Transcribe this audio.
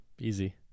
Easy